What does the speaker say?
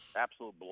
Absolute